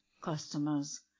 customers